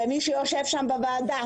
ומי שיושב בוועדה